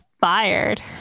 fired